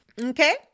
Okay